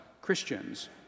Christians